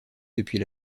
depuis